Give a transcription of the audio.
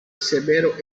severo